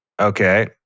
Okay